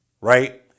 right